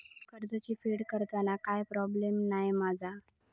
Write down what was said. कर्जाची फेड करताना काय प्रोब्लेम नाय मा जा?